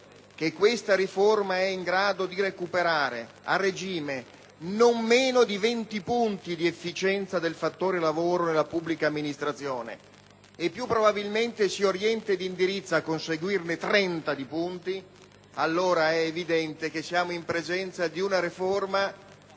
che questa riforma è in grado di recuperare a regime non meno di 20 punti di efficienza del fattore lavoro della pubblica amministrazione, e più probabilmente si orienta ed indirizza a conseguirne 30, allora è evidente che siamo in presenza di una riforma